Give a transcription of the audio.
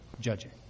judging